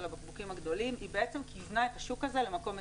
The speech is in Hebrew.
הבקבוקים הגדולים היא בעצם כיוונה את השוק הזה למקום מסוים.